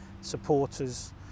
supporters